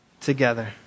together